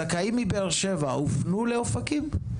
זכאים מבאר שבע הופנו לאופקים?